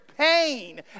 pain